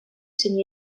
zein